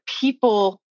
people